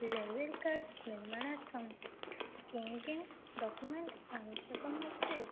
library card निर्माणार्थं किं किं डाकुमेण्ट् आवश्यकमस्ति